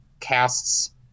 casts